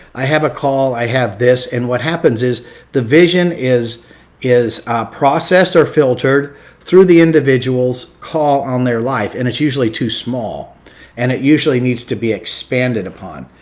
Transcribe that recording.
i have a call, i have this. and what happens is the vision is is processed or filtered through the individual's call on their life. and it's usually too small and it usually needs to be expanded upon.